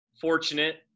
fortunate